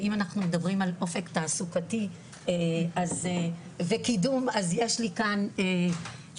ואם אנחנו מדברים על אופק תעסוקתי וקידום אז יש לי כאן דוגמא,